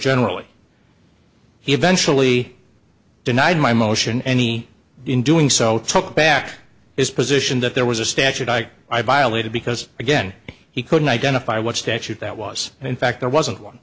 generally he eventually denied my motion any in doing so took back his position that there was a statute i violated because again he couldn't identify what statute that was and in fact there wasn't one